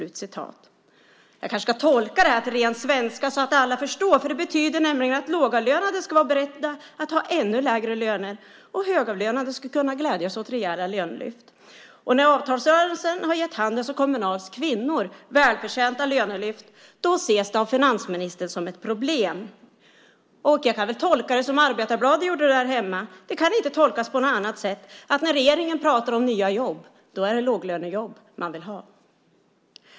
Jag kanske ska tolka detta till ren svenska så att alla förstår. Det betyder nämligen att lågavlönade ska vara beredda att ha ännu lägre löner, och högavlönade ska kunna glädjas åt rejäla lönelyft. När avtalsrörelsen har gett Handels och Kommunals kvinnor välförtjänta lönelyft ses det som ett problem av finansministern. Jag kan väl tolka det som Arbetarbladet gjorde det därhemma. Det kan inte tolkas på något annat sätt än att när regeringen pratar om nya jobb är det låglönejobb man vill ha.